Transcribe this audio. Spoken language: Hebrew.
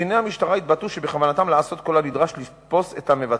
קציני המשטרה התבטאו שבכוונתם לעשות כל הנדרש לתפוס את המבצעים.